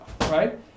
right